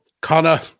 Connor